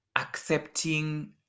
accepting